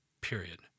period